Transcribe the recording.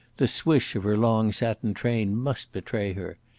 the swish of her long satin train must betray her.